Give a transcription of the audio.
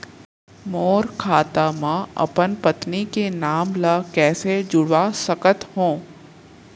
मोर खाता म अपन पत्नी के नाम ल कैसे जुड़वा सकत हो?